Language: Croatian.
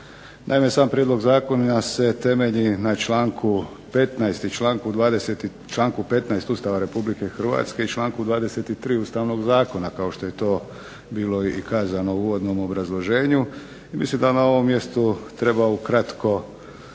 Naime, sam prijedlog zakona se temelji na članku 15. Ustava RH i članku 23. Ustavnog zakona kao što je to bilo i kazano u uvodnom obrazloženju i mislim da na ovom mjestu treba ukratko